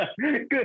good